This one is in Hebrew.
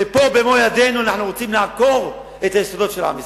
ופה במו-ידינו אנחנו רוצים לעקור את היסודות של עם ישראל,